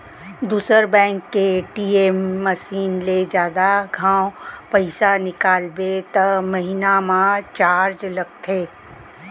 दूसर बेंक के ATM machine ले जादा घांव पइसा निकालबे त महिना म चारज लगथे